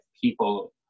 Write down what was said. people